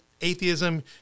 atheism